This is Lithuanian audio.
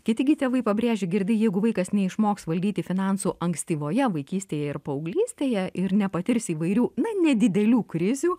kiti gi tėvai pabrėžia girdi jeigu vaikas neišmoks valdyti finansų ankstyvoje vaikystėje ir paauglystėje ir nepatirs įvairių na nedidelių krizių